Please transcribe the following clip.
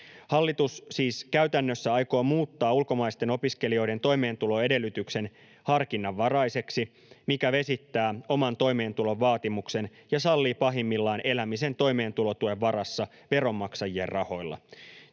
Hallitus siis käytännössä aikoo muuttaa ulkomaisten opiskelijoiden toimeentuloedellytyksen harkinnanvaraiseksi, mikä vesittää oman toimeentulon vaatimuksen ja sallii pahimmillaan elämisen toimeentulotuen varassa veronmaksajien rahoilla.